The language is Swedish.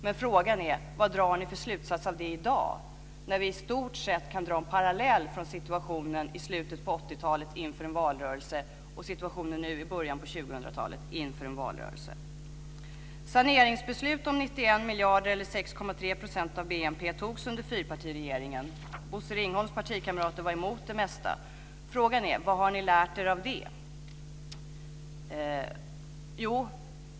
Men frågan är vilken slutsats ni drar av det i dag när vi i stort sett kan dra en parallell mellan situationen i slutet av 1980-talet inför en valrörelse och situationen nu i början av 2000-talet inför en valrörelse. BNP, togs under fyrpartiregeringen. Bosse Ringholms partikamrater var emot det mesta. Frågan är: Vad har ni lärt er av det?